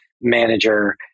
manager